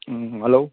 hello